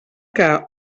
que